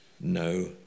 no